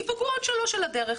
ייפגעו עוד 3 על הדרך,